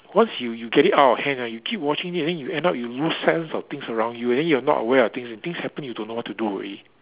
once you you get it out of hand ah you keep watching it then you end up you lose sense of things around you and then you are not aware of things and things happen you don't know what to do already